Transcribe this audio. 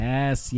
Yes